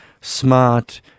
smart